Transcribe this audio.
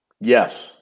Yes